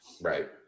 Right